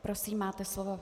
Prosím, máte slovo.